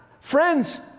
friends